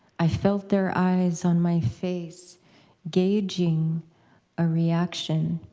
i felt their eyes on my face gauging a reaction.